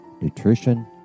nutrition